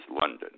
london